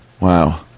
Wow